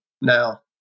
now